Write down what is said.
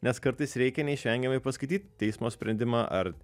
nes kartais reikia neišvengiamai paskaityt teismo sprendimą ar